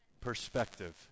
perspective